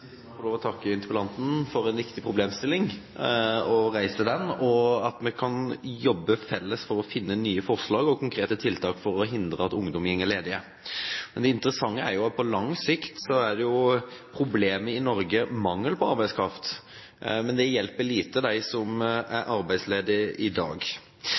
jeg få lov å takke interpellanten for at han reiser en viktig problemstilling. Vi kan jobbe felles for å finne nye forslag og konkrete tiltak for å hindre at ungdom går ledig. Det interessante er jo at på lang sikt er problemet i Norge mangel på arbeidskraft, men det hjelper dem som er arbeidsledige i dag,